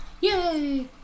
Yay